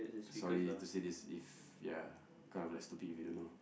sorry to say this if ya kind of like stupid if you don't know